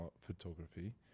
photography